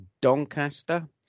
Doncaster